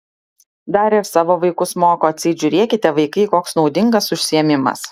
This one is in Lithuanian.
dar ir savo vaikus moko atseit žiūrėkite vaikai koks naudingas užsiėmimas